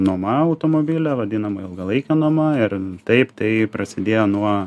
nuoma automobilio vadinama ilgalaikė nuoma ir taip tai prasidėjo nuo